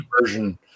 version